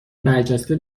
برجسته